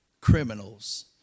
criminals